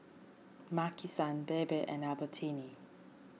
Maki San Bebe and Albertini